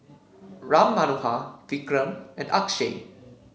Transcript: Ram Manohar Vikram and Akshay